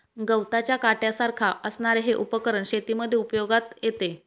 गवताच्या काट्यासारख्या असणारे हे उपकरण शेतीमध्ये उपयोगात येते